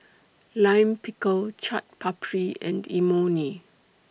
Lime Pickle Chaat Papri and Imoni